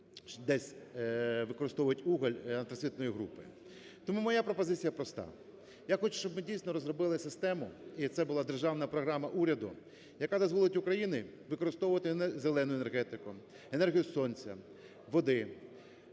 десь використовувати вугілля антрацитної групи. Тому моя пропозиція проста: я хочу, щоб ми, дійсно, розробили система, і це була державна програма уряду, яка дозволить Україні використовувати зелену енергетику: енергію сонця, води